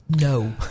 No